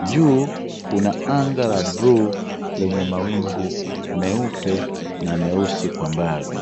juu kuna anga la bluu lenye mawingu meupe na meusi kwa mbali.